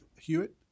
Hewitt